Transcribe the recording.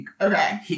okay